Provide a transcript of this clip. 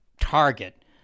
target